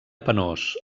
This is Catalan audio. penós